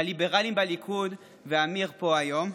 הליברלים בליכוד, ואמיר פה היום,